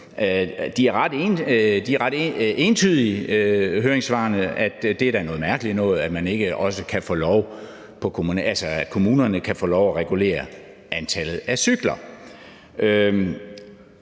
er ret entydige, og de handler om, at det da er noget mærkeligt noget, at kommunerne ikke kan få lov til at regulere antallet af cykler.